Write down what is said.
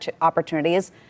opportunities